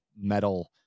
metal